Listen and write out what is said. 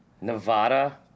Nevada